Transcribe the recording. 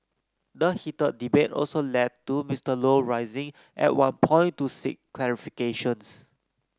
the heated debate also led to Mister Low rising at one point to seek clarifications